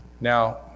Now